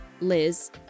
Liz